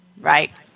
Right